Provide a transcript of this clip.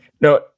no